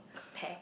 pack